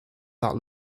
that